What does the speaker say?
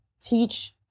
teach